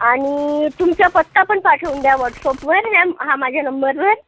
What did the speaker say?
आणि तुमचा पत्ता पण पाठवून द्या वॉट्सअपवर हा माझ्या नंबरवर